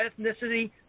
ethnicity